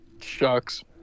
Shucks